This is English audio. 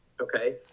Okay